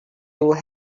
would